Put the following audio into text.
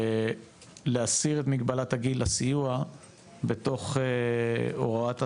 ולהסיר את מגבלת הגיל לסיוע בתוך הוראת השעה.